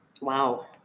Wow